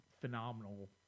phenomenal